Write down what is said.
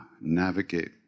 navigate